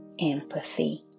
empathy